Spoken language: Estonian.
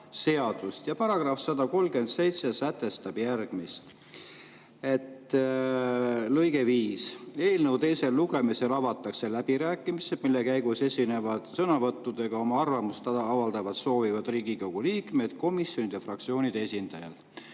137 lõige 5 sätestab järgmist: eelnõu teisel lugemisel avatakse läbirääkimised, mille käigus esinevad sõnavõttudega oma arvamust avaldada soovivad Riigikogu liikmed, komisjonide ja fraktsioonide esindajad.